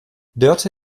dörte